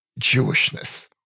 Jewishness